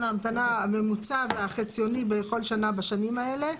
ההמתנה הממוצע והחציוני בכל שנה בשנים האלה,